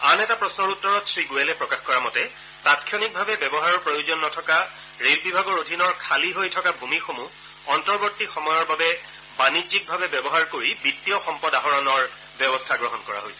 আন এটা প্ৰশ্নৰ উত্তৰত শ্ৰীগোৱেলে প্ৰকাশ কৰা মতে তাৎক্ষণিকভাৱে ব্যৱহাৰৰ প্ৰয়োজন নথকা ৰেল বিভাগৰ অধীনৰ খালী হৈ থকা ভূমিসমূহ অন্তৰ্ৱৰ্তী সময়ৰ বাবে বাণিজ্যিকভাৱে ব্যৱহাৰ কৰি বিত্তীয় সম্পদ আহৰণৰ ব্যৱস্থা গ্ৰহণ কৰা হৈছে